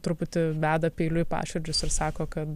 truputį beda peiliu į paširdžius ir sako kad